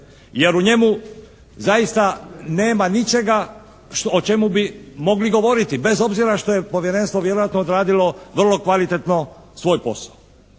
jer u njemu zaista nema ničega o čemu bi mogli govoriti, bez obzira što je povjerenstvo vjerojatno odradilo vrlo kvalitetno svoj posao.